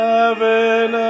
Heaven